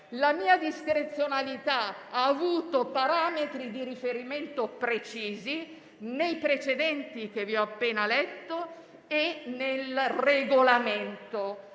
la mia discrezionalità ha avuto parametri di riferimento precisi nei precedenti che vi ho appena letto e nel Regolamento.